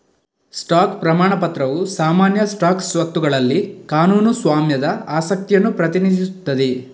stock ಪ್ರಮಾಣ ಪತ್ರವು ಸಾಮಾನ್ಯ ಸ್ಟಾಕ್ ಸ್ವತ್ತುಗಳಲ್ಲಿ ಕಾನೂನು ಸ್ವಾಮ್ಯದ ಆಸಕ್ತಿಯನ್ನು ಪ್ರತಿನಿಧಿಸುತ್ತದೆ